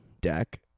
deck